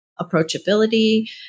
approachability